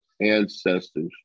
ancestors